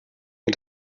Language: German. mir